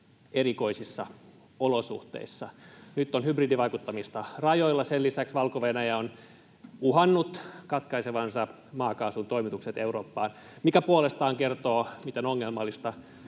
erikoisissa olosuhteissa. Nyt on hybridivaikuttamista rajoilla. Sen lisäksi Valko-Venäjä on uhannut katkaisevansa maakaasun toimitukset Eurooppaan, mikä puolestaan kertoo, miten ongelmallista